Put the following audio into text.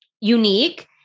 unique